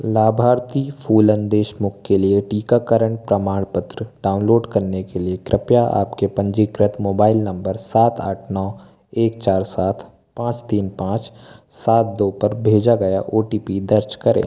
लाभार्थी फूलन देशमुख के लिए टीकाकरण प्रमाणपत्र डाउनलोड करने के लिए कृपया आपके पंजीकृत मोबाइल नंबर सात आठ नौ एक चार सात पाँच तीन पाँच सात दो पर भेजा गया ओ टी पी दर्ज करें